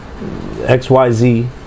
XYZ